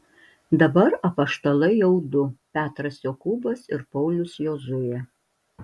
dabar apaštalai jau du petras jokūbas ir paulius jozuė